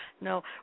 No